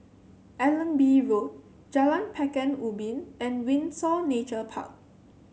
Allenby Road Jalan Pekan Ubin and Windsor Nature Park